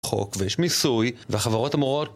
חוק, ויש מיסוי, והחברות אמורות